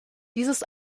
dieses